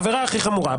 העבירה הכי חמורה.